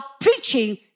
preaching